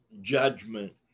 judgment